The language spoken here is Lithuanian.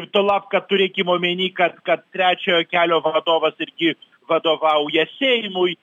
tuolab kad turėkim omeny kad kad trečiojo kelio vadovas irgi vadovauja seimui